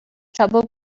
trouble